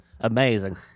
amazing